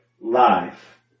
life